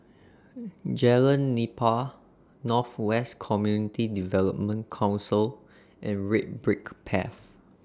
Jalan Nipah North West Community Development Council and Red Brick Path